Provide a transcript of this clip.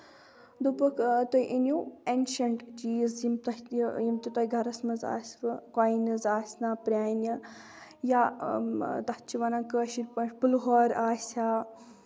دوٚپُکھ تُہۍ أنیو اینشنٹ چیٖز یِم تۄہہِ تہِ یِم تہِ تۄہہِ گرَس منٛز آسوٕ کوینٕز آسنا پرانہِ یا تَتھ چھِ وَنان کٲشِر پٲٹھۍ پُلہور آسہِ ہا